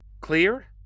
Clear